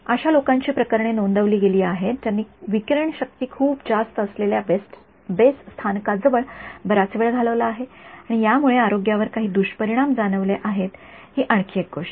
अशा लोकांची प्रकरणे नोंदवली गेली आहेत ज्यांनी विकिरण शक्ती खूप जास्त असलेल्या बेस स्थानका जवळ बराच वेळ घालवला आहे आणि यामुळे आरोग्यावर काही दुष्परिणाम जाणवले आहेत ही आणखी एक गोष्ट आहे